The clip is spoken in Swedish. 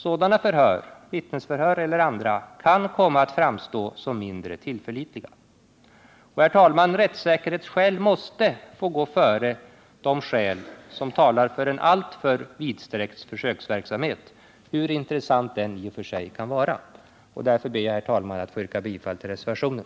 Sådana förhör, vittnesförhör eller andra, kan komma att framstå som mindre tillförlitliga. Rättssäkerhetsskäl måste gå före de skäl som talar för en vidsträckt försöksverksamhet, hur intressant den än i och för sig kan vara. Därför ber jag, herr talman, att få yrka bifall till reservationen.